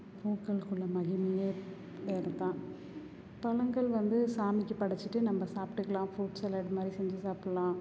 பூக்களுக்குள்ளே மகிமையே வேறு தான் பழங்கள் வந்து சாமிக்கு படைச்சிட்டு நம்ம சாப்பிட்டுக்கலாம் ஃப்ரூட் சாலட் மாதிரி செஞ்சு சாப்பிட்லாம்